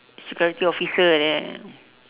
security officer like that